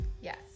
Yes